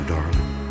Darling